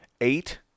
eight